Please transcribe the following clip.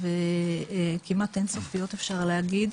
וכמעט אינסופיות, אפשר להגיד.